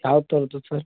ಯಾವತ್ತು ಸರ್